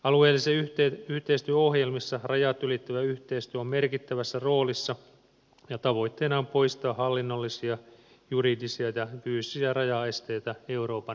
alueellisen yhteistyön ohjelmissa rajat ylittävä yhteistyö on merkittävässä roolissa ja tavoitteena on poistaa hallinnollisia juridisia ja fyysisiä rajaesteitä euroopan unionissa